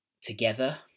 together